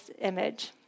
image